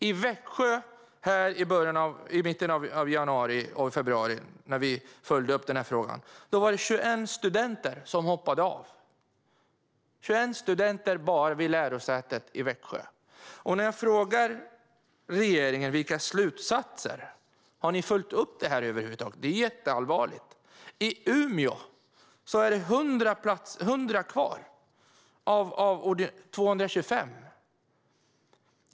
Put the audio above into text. När vi följde upp denna fråga i mitten av januari och i februari var det 21 studenter som hoppat av bara vid lärosätet i Växjö. Jag undrar vilka slutsatser regeringen drar och om man över huvud taget har följt upp detta. Det är ju jätteallvarligt! I Umeå är det 100 studenter kvar av 225.